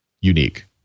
unique